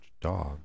Dog